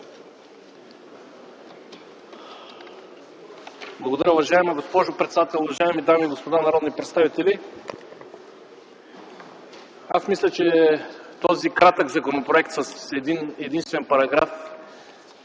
Благодаря. Уважаема госпожо председател, уважаеми дами и господа народни представители! Аз мисля, че този кратък законопроект с един-единствен параграф